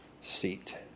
seat